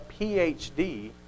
PhD